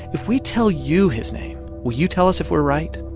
if we tell you his name, will you tell us if we're right?